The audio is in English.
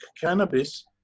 cannabis